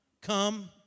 come